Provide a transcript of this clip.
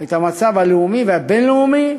את המצב הלאומי והבין-לאומי,